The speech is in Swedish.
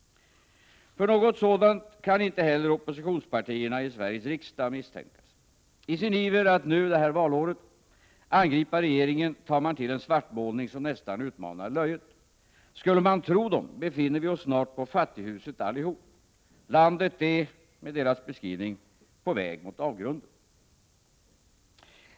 För något sådant kan inte heller oppositionspartierna i Sveriges riksdag misstänkas. I sin iver att nu, detta valår, angripa regeringen tar man till en svartmålning som nästan utmanar löjet. Skulle man tro dem, befinner vi oss snart på fattighuset allihop. Landet är, enligt deras beskrivning, på väg mot avgrunden.